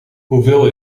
hoeveel